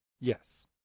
Yes